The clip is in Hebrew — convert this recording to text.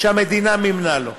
שהמדינה מימנה לו.